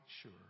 sure